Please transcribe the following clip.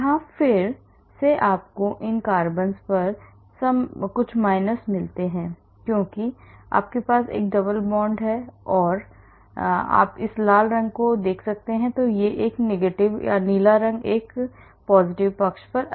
यहाँ फिर से आपको इन कार्बन्स पर some minus मिलते हैं क्योंकि आपके पास एक डबल बॉन्ड है और आप इस लाल रंग को लाल रंग में देखते हैं जो कि निगेटिव है नीला रंग सकारात्मक पक्ष पर अधिक है